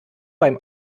beim